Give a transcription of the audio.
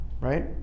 right